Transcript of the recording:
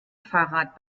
fahrrad